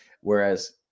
whereas